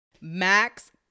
Max